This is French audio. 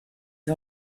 les